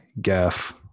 gaff